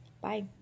bye